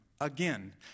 again